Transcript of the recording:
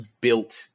built